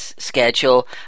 Schedule